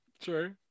True